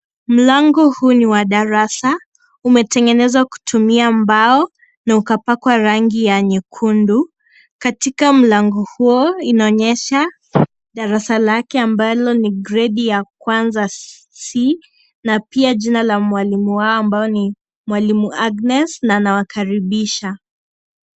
Mlango huu ni wa darasa, umetengenezwa kutumia mbao, na ukapakwa rangi ya nyekundu, katika mlango huo inaonyesha, darasa lake ambalo ni gredi ya kwanza C, na pia jina la mwalimu wao ambao ni mwalimu Agnes, na anawakaribisha.